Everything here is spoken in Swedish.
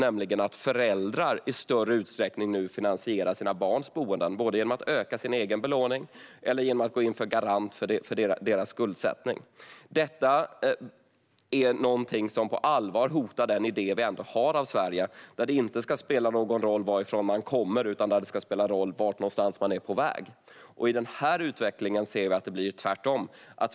Föräldrar finansierar nu i större utsträckning sina barns boenden. De gör det antingen genom att öka sin egen belåning eller genom att gå in som garant för barnens skuldsättning. Detta hotar på allvar den idé vi har i Sverige, att det inte ska spela någon roll varifrån man kommer. Det är vart man är på väg som ska spela roll. I denna utveckling ser vi att det blir tvärtom.